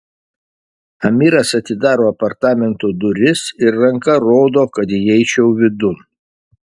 amiras atidaro apartamentų duris ir ranka rodo kad įeičiau vidun